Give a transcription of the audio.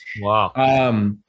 wow